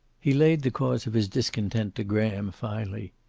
he laid the cause of his discontent to graham, finally.